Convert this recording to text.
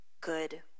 good